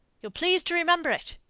you'll please to remember it.